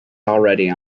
already